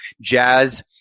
Jazz